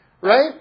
Right